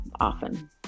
often